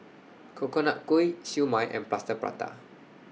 Coconut Kuih Siew Mai and Plaster Prata